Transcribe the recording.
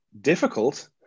difficult